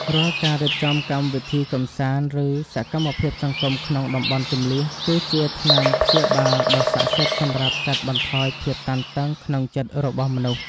រាល់ការរៀបចំកម្មវិធីកម្សាន្ត ឬសកម្មភាពសង្គមក្នុងតំបន់ជម្លៀស គឺជាថ្នាំព្យាបាលដ៏ស័ក្តិសិទ្ធិសម្រាប់កាត់បន្ថយភាពតានតឹងក្នុងចិត្តរបស់មនុស្ស។